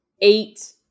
eight